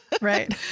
Right